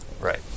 Right